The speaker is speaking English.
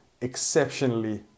exceptionally